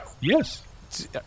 Yes